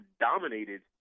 dominated